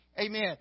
Amen